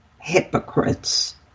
hypocrites